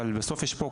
אבל בסוף יש פה,